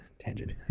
tangent